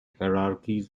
hierarchies